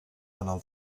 penal